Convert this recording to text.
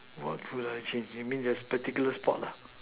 what will I change you mean there's particular sport lah